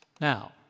Now